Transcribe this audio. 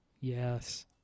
yes